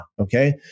Okay